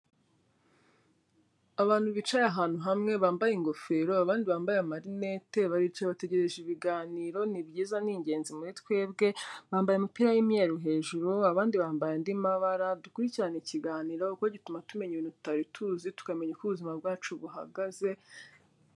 Abantu bicaye ahantu hamwe bambaye ingofero abandi bambaye amarinete, baricaye bategereje ibiganiro, ni byiza ni ingenzi muri twebwe, bambaye imipira y'imyeru hejuru, abandi bambaye andi mabara, dukurikirane ikiganiro kuko gituma tumenya ibintu tutari tuzi, tukamenya uko ubuzima bwacu buhagaze,...